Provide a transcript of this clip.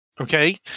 okay